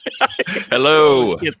Hello